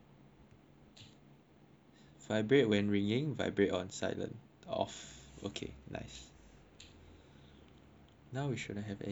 vibrate when ringing vibrate on silent off ok nice now we shouldn't have any problems